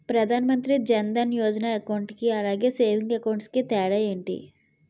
Pradhan Mantri Jan Dhan Yojana account కి అలాగే savings account కి తేడా ఏంటి?